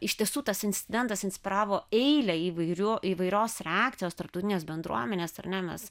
iš tiesų tas incidentas inspiravo eilę įvairių įvairios reakcijos tarptautinės bendruomenės ar ne mes